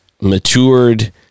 matured